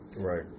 Right